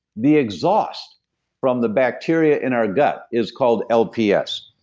the exhaust from the bacteria in our gut is called lps.